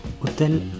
Hôtel